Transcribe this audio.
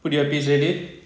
put earpiece already